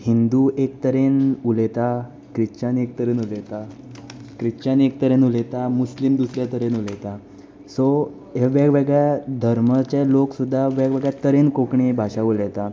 हिंदू एक तरेन उलयता क्रिश्चन एक तरेन उलयता क्रिश्चन एक तरेन उलयता मुस्लीम दुसरे तरेन उलयता सो हे वेग वेगळ्या धर्माचे लोक सुद्दां वेग वेगळ्या तरेन कोंकणी भाशा उलयता